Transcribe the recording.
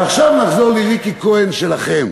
ועכשיו נחזור לריקי כהן שלכם.